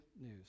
news